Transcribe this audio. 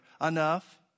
enough